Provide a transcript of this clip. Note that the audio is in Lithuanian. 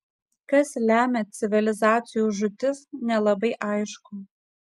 kas lemia civilizacijų žūtis nelabai aišku